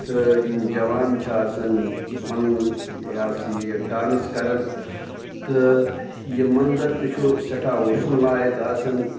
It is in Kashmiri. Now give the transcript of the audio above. تہٕ یِم جوان چھِ آسان پَنُن یہِ ہسا یہِ ڈانٕس کَران تہٕ یہِ مَنظر تہِ چھُ سٮ۪ٹھاہ وٕچھُن لایق آسان